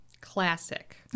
Classic